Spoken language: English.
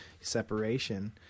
separation